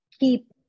keep